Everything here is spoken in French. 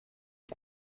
est